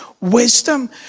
wisdom